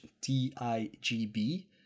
t-i-g-b